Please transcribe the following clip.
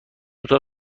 اتاق